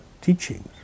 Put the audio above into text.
teachings